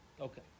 Okay